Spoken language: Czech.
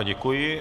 Děkuji.